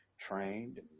trained